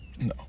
No